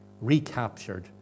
recaptured